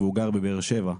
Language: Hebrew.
וגר בבאר שבע.